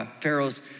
Pharaoh's